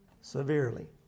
severely